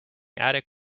attic